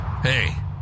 Hey